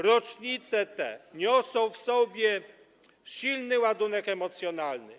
Rocznice te niosą w sobie silny ładunek emocjonalny.